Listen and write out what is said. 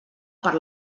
per